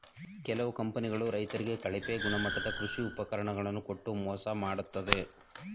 ಕೆಲವು ಕಂಪನಿಗಳು ರೈತರಿಗೆ ಕಳಪೆ ಗುಣಮಟ್ಟದ ಕೃಷಿ ಉಪಕರಣ ಗಳನ್ನು ಕೊಟ್ಟು ಮೋಸ ಮಾಡತ್ತದೆ